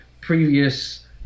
previous